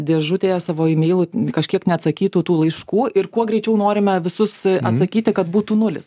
dėžutėje savo ymeilų kažkiek neatsakytų tų laiškų ir kuo greičiau norime visus atsakyti kad būtų nulis